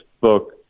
book